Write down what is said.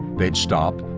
they'd stop,